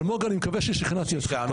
אלמוג, אני מקווה ששכנעתי אותך.